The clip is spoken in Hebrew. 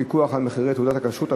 פיקוח על מחירי תעודת הכשרות),